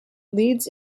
leads